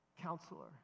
Counselor